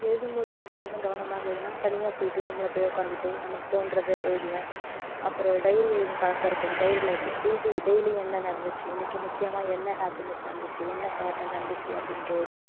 எழுதும் போது ஊக்கத்தோடு நான் கவனமாக எழுதுனுன்னால் தனியாக போய்விட்டு ரூமில் போய் உட்காந்துட்டு நமக்கு தோன்றுறத எழுதுவேன் அப்புறம் டைரி எழுதும் பழக்கம் இருக்குது டைரியில் ட் டிடி டெய்லியும் என்ன நடந்துச்சு இன்றைக்கி முக்கியமாக என்ன ஹாப்பினஸ் நடந்துச்சு என்ன சேட்டில் நடந்துச்சு அப்படினுட்டு எழுதுவேன்